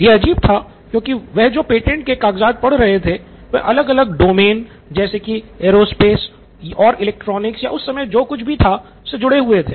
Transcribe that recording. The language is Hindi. ये अजीब था क्योंकि वह जो पेटेंट के कागजात पढ़ रहे थे वह अलग अलग डोमेन जैसे की एयरोस्पेस और इलेक्ट्रॉनिक्स या उस समय जो कुछ भी था से जुड़े थे